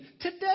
Today